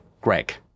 greg